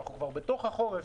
אנחנו כבר בתוך החורף,